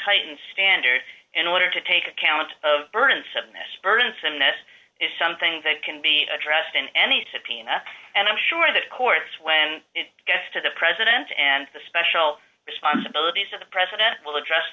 heightened standard in order to take account of burdensome this burdensome this is something that can be addressed in any subpoena and i'm sure that courts when it gets to the president and the special responsibilities of the president will address